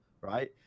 Right